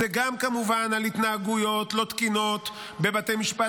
זה גם כמובן על התנהגויות לא תקינות בבתי משפט